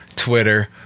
twitter